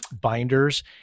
binders